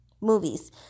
movies